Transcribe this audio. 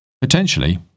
Potentially